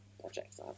projects